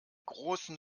großen